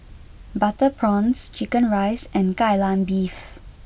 Butter Prawns Chicken Rice and Kai Lan Beef